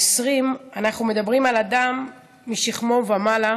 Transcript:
העשרים אנחנו מדברים על אדם משכמו ומעלה